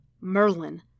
Merlin